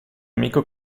amico